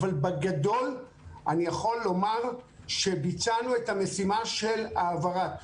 אבל בגדול אני יכול לומר שביצענו את המשימה של ההעברה.